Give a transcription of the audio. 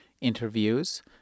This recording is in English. interviews